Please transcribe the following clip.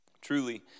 Truly